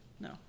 No